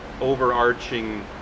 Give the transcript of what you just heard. overarching